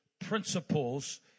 principles